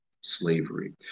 slavery